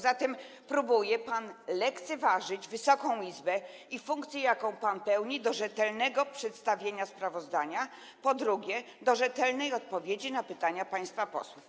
Zatem próbuje pan lekceważyć Wysoką Izbę i funkcję, jaką pan pełni, obligującą do rzetelnego przedstawienia sprawozdania, po drugie, do udzielenia rzetelnej odpowiedzi na pytania państwa posłów.